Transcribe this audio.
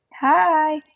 Hi